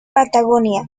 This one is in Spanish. patagonia